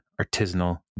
artisanal